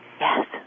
Yes